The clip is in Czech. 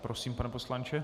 Prosím, pane poslanče.